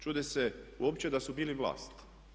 Čude se uopće da su bili vlast.